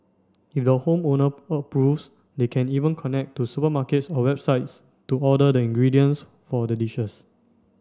if the home owner approves they can even connect to supermarkets or websites to order the ingredients for the dishes